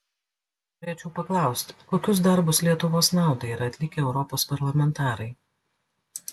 norėčiau paklausti kokius darbus lietuvos naudai yra atlikę europos parlamentarai